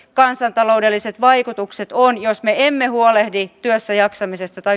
kansantaloudelliset vaikutukset on jos me emme huolehdi työssä jaksamisesta tai